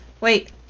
wait